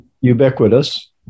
ubiquitous